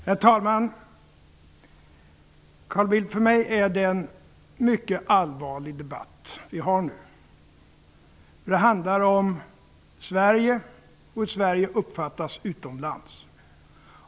Herr talman! För mig, Carl Bildt, är det en mycket allvarlig debatt. Det handlar om Sverige och hur Sverige uppfattas utomlands.